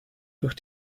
durch